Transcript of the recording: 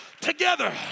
together